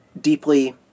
deeply